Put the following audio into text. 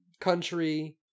country